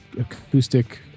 acoustic